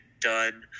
done